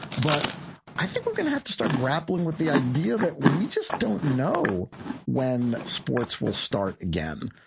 but i think we're going to have to start grappling with the idea that we just don't know when sports will start again.